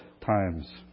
times